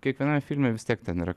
kiekvienam filme vis tiek ten yra